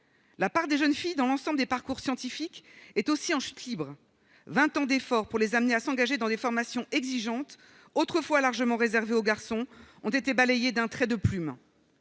la part des jeunes filles dans l'ensemble des parcours scientifique est aussi en chute libre 20 ans d'efforts pour les amener à s'engager dans des formations exigeantes autrefois largement réservé aux garçons ont été balayés d'un trait de plume.